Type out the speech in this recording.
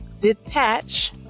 detach